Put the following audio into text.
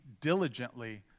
diligently